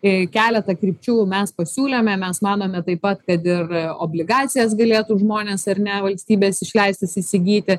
kai keletą krypčių mes pasiūlėme mes manome taip pat kad ir obligacijas galėtų žmonės ar ne valstybės išleistas įsigyti